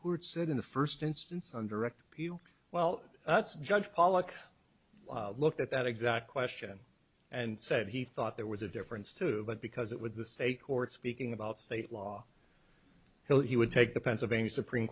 court said in the first instance on direct appeal well that's judge pollack looked at that exact question and said he thought there was a difference too but because it was the state courts speaking about state law he would take the pennsylvania supreme